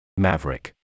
Maverick